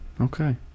Okay